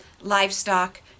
livestock